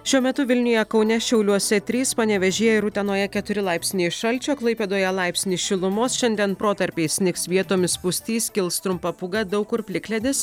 šiuo metu vilniuje kaune šiauliuose trys panevėžyje ir utenoje keturi laipsniai šalčio klaipėdoje laipsnis šilumos šiandien protarpiais snigs vietomis pustys kils trumpa pūga daug kur plikledis